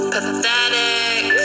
Pathetic